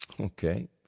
Okay